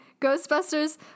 ghostbusters